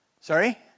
Sorry